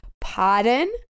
pardon